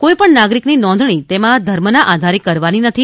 કોઈપણ નાગરિક ની નોંધણી તેમાં ધર્મ ના આધારે કરવાની નથી